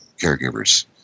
caregivers